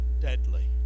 deadly